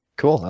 cool,